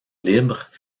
libres